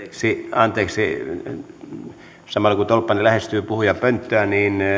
ai anteeksi anteeksi samalla kun tolppanen lähestyy puhujapönttöä niin